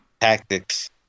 tactics